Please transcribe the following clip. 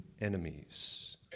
enemies